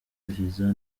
viza